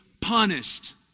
punished